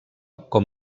com